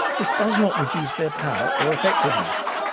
this does not reduce their power or effectiveness.